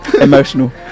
emotional